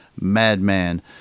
madman